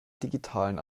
digitalen